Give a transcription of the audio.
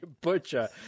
butcher